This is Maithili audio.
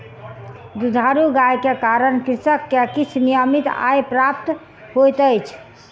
दुधारू गाय के कारण कृषक के किछ नियमित आय प्राप्त होइत अछि